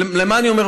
ולמה אני אומר בשוק?